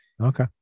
Okay